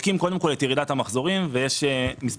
בודקים קודם כול את ירידת המחזורים ויש מספר